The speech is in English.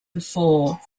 before